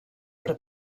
però